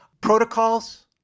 Protocols